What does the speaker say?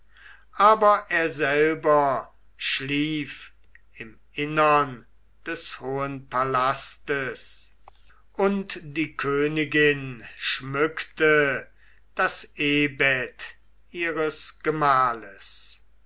aber er selber schlief im innern des hohen palastes und die königin schmückte das ehbett ihres gemahles